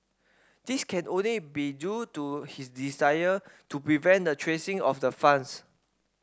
this can only be due to his desire to prevent the tracing of the funds